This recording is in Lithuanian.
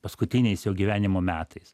paskutiniais jo gyvenimo metais